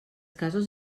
casos